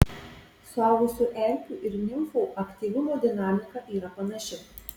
suaugusių erkių ir nimfų aktyvumo dinamika yra panaši